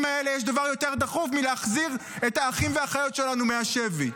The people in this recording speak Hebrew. האלה יש דבר יותר דחוף מלהחזיר את האחים והאחיות שלנו מהשבי.